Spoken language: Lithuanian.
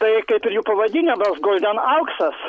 tai kaip ir jų pavadinimas golden auksas